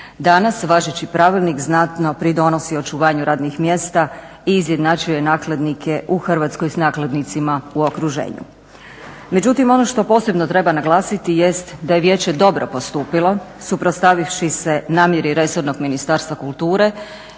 Danas važeći pravilnik znatno pridonosi očuvanju radnih mjesta i izjednačuje nakladnike u Hrvatskoj s nakladnicima u okruženju. Međutim ono što posebno treba naglasiti jest da je vijeće dobro postupilo suprotstavivši se namjeri resornog Ministarstva kulture